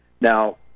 Now